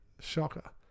shocker